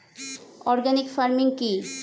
Organic farming কি?